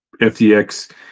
FTX